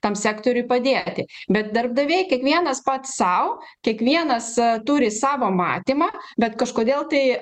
tam sektoriui padėti bet darbdaviai kiekvienas pats sau kiekvienas turi savo matymą bet kažkodėl tai